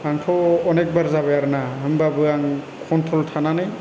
आंथ' अनेख बार जाबाय आरो ना होनबाबो आं कन्ट्रल थानानै